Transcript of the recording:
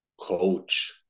coach